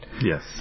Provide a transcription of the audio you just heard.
Yes